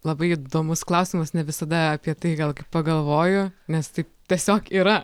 labai įdomus klausimas ne visada apie tai gal pagalvoju nes tai tiesiog yra